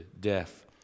death